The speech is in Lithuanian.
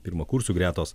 pirmakursių gretos